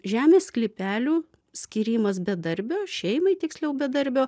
žemės sklypelių skyrimas bedarbio šeimai tiksliau bedarbio